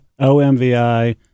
OMVI